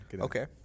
okay